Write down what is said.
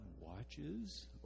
watches